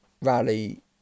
rally